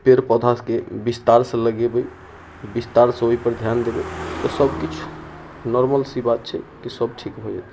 पेड़ पौधाके विस्तारसँ लगेबै विस्तारसँ ओइपर ध्यान देबै तऽ सब किछु नोर्मल सी बात छै की सब ठीक हो जेतै